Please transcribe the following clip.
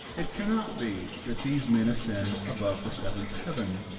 it cannot be that these men ascend above the seventh heaven,